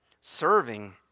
serving